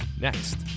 next